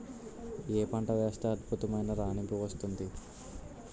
ఏ పంట వేస్తే అద్భుతమైన రాణింపు వస్తుంది?